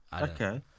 Okay